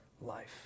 life